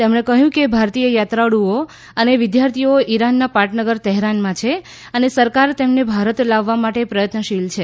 તેમણે કહ્યુંકે ભારતીય યાત્રાળુઓ અને વિદ્યાર્થીઓ ઈરાનના પાટનગર તહેરાનમાં છે અને સરકાર તેમને ભારત લાવવા માટે પ્રયત્નશીલ છે